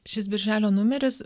šis birželio numeris